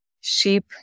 sheep